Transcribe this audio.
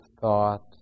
thought